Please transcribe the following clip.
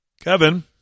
Kevin